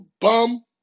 bum